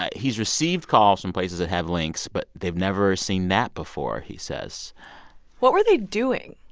he's received calls from places that have lynx, but they've never seen that before, he says what were they doing?